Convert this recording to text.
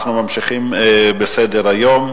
אנחנו ממשיכים בסדר-היום.